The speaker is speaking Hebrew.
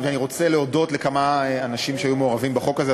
ואני רוצה להודות לכמה אנשים שהיו מעורבים בחוק הזה.